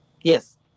Yes